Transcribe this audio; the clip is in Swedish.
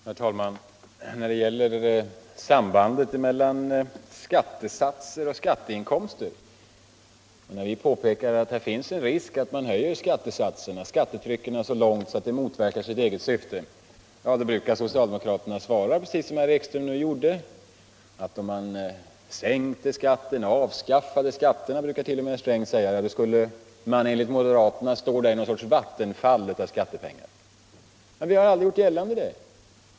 Herr talman! När vi beträffande sambandet mellan skattesatser och skatteinkomster påpekar att här finns en risk för att man höjer skattetrycket så mycket att det motverkar sitt eget syfte, brukar socialdemokraterna svara, precis som herr Ekström nu gjorde, att om man sänkte skatten — avskaffade skatterna, brukar t.o.m. herr Sträng säga — så skulle man enligt moderaterna stå där i något sorts vattenfall av skattepengar. Men det har vi aldrig gjort gällande.